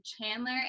Chandler